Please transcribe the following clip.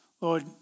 Lord